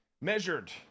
measured